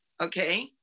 okay